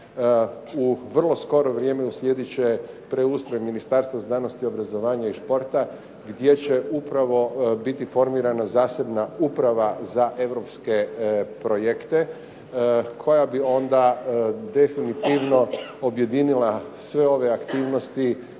U vrlo skoro vrijeme uslijedit će preustroj Ministarstva znanosti, obrazovanja i športa gdje će upravo biti formirana zasebna uprava za Europske projekte, koja bi onda definitivno objedinila sve ove aktivnosti